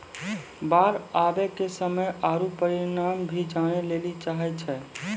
बाढ़ आवे के समय आरु परिमाण भी जाने लेली चाहेय छैय?